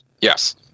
Yes